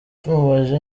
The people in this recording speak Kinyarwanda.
tumubajije